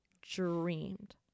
dreamed